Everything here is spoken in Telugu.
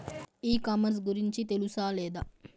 ఈ కామర్స్ గురించి తెలుసా లేదా?